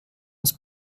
aus